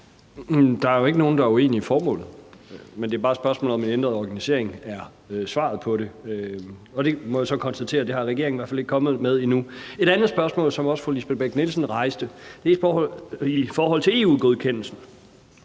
Der er jo ikke nogen, der er uenig i formålet. Det er bare et spørgsmål, om en ændret organisering er svaret på det. Og det svar må jeg konstatere at regeringen i hvert fald ikke er kommet med endnu. Et andet spørgsmål, som også fru Lisbeth Bech-Nielsen rejste, er i forhold til EU-godkendelsen.